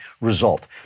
result